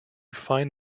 find